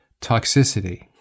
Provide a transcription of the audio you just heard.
toxicity